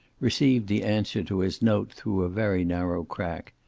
received the answer to his note through a very narrow crack,